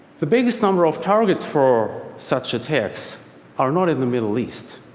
the biggest number of targets for such attacks are not in the middle east.